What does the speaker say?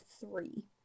three